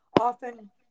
often